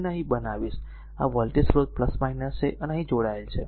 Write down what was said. હું તેને અહીં બનાવીશ આ વોલ્ટેજ સ્રોત છે અને અહીં જોડાયેલ છે